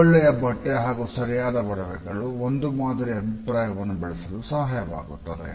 ಒಳ್ಳೆಯ ಬಟ್ಟೆ ಹಾಗು ಸರಿಯಾದ ಒಡವೆಗಳು ಒಂದು ಮಾದರಿಯ ಅಭಿಪ್ರಾಯವನ್ನು ಬೆಳಸಲು ಸಹಾಯವಾಗುತ್ತದೆ